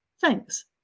thanks